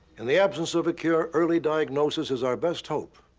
in the absence of a cure, early diagnosis is our best hope.